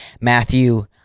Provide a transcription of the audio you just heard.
Matthew